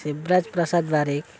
Shivraj Prasad Barik